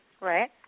right